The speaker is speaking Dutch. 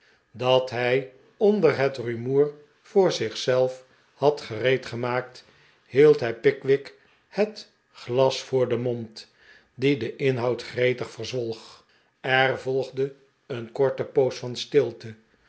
dat hij onder net rumoer voor zich zelf had gereedgemaakt hield hij pickwick het glas voor den mond die den inhoud gretig verzwolg er volgde een korte poos van stilte